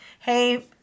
hey